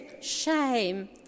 Shame